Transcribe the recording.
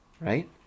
right